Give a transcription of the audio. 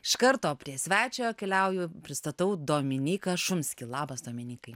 iš karto prie svečio keliauju pristatau dominyką šumskį labas dominykai